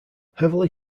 heavily